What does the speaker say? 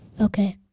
Okay